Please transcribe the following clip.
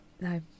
No